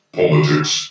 politics